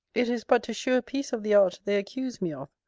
it is but to shew a piece of the art they accuse me of,